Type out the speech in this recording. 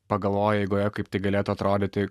pagalvoję eigoje kaip tai galėtų atrodyti